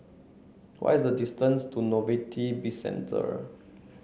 why is the distance to Novelty Bizcentre